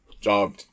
job